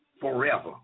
forever